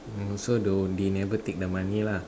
oh so tho~ they never take the money lah